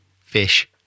fish